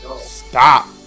stop